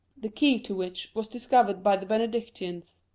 the key to which was discovered by the benedictines.